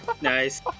Nice